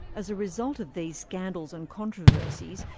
as a result of the scandals and controversies,